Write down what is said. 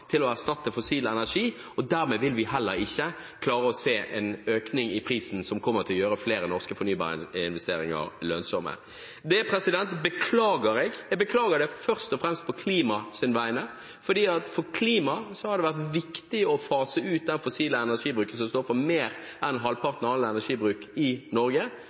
til å erstatte fossil energi. Dermed vil vi heller ikke klare å se en økning i prisen, som kommer til å gjøre flere norske fornybarinvesteringer lønnsomme. Det beklager jeg. Jeg beklager det først og fremst på klimaets vegne – fordi det for klimaet har vært viktig å fase ut den fossile energibruken, som står for mer enn halvparten av all energibruk i Norge,